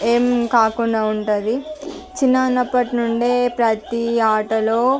ఏమి కాకుండా ఉంటది చిన్నగా ఉన్నప్పటి నుంచే ప్రతి ఆటలో